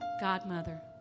godmother